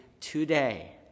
today